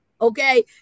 okay